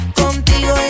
contigo